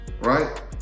right